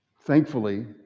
thankfully